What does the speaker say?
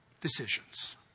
decisions